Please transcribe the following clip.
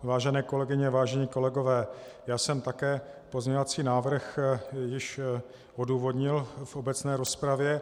Vážené kolegyně, vážení kolegové, já jsem také pozměňovací návrh již odůvodnil v obecné rozpravě.